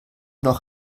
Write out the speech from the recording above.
noch